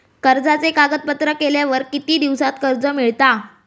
कर्जाचे कागदपत्र केल्यावर किती दिवसात कर्ज मिळता?